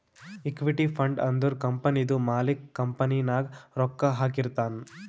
equity fund ಅಂದುರ್ ಕಂಪನಿದು ಮಾಲಿಕ್ಕ್ ಕಂಪನಿ ನಾಗ್ ರೊಕ್ಕಾ ಹಾಕಿರ್ತಾನ್